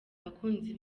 abakunzi